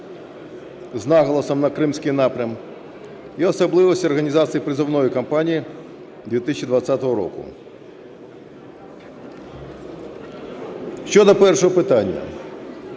з наголосом на кримський напрям, і особливості організації призовної кампанії 2020 року. Щодо першого питання.